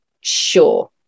sure